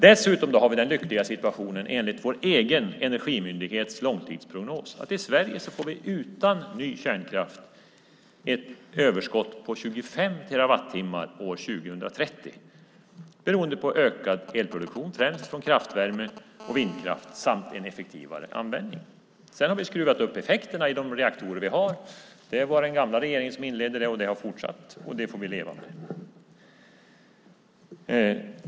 Dessutom har vi enligt vår egen energimyndighets långtidsprognos den lyckliga situationen att vi i Sverige utan ny kärnkraft får ett överskott på 25 terawattimmar år 2030, beroende på ökad elproduktion, främst från kraftvärme och vindkraft, samt en effektivare användning. Vi har skruvat upp effekterna i de reaktorer vi har. Det var den gamla regeringen som inledde det, och det har fortsatt. Det får vi leva med.